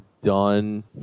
done